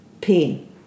pain